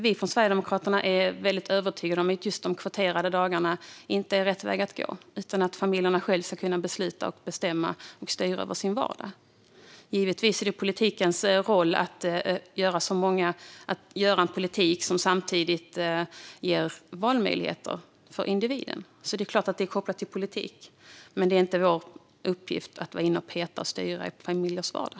Vi från Sverigedemokraterna är övertygade om att de kvoterade dagarna inte är rätt väg att gå, utan familjerna ska själva kunna besluta och styra över sin vardag. Givetvis är det politikens roll att föra en politik som ger valmöjligheter för individen, så det är klart att det är kopplat till politik. Men det är inte vår uppgift att vara inne och peta och styra i familjers vardag.